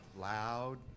Loud